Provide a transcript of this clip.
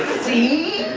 see!